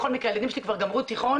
בכל מקרה, הילדים שלי כבר גמרו תיכון,